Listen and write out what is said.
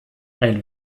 ein